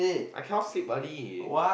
I cannot sleep early